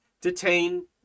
detain